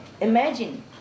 imagine